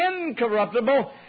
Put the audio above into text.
incorruptible